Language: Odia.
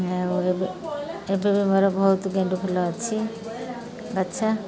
ଆଉ ଏବେ ଏବେ ବି ମୋର ବହୁତ ଗେଣ୍ଡୁଫୁଲ ଅଛି ଗଛ